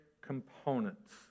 components